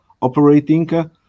operating